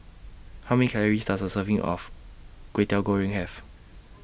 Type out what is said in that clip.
How Many Calories Does A Serving of Kwetiau Goreng Have